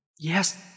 Yes